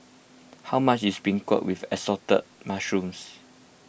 how much is Beancurd with Assorted Mushrooms